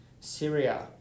Syria